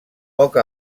poc